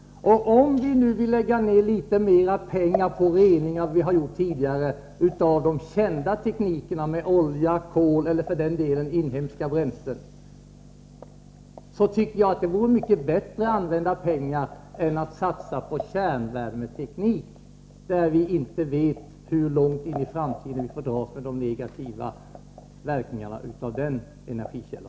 Om vi nu vill lägga ner litet mer pengar än vad som har skett tidigare på rening av de kända teknikerna, olja, kol och för den delen inhemska bränslen, så tycker jag att det vore mycket bättre använda pengar än att satsa på kärnvärmeteknik, när vi inte vet hur långt in i framtiden vi får dras med de negativa följdverkningarna av denna energikälla.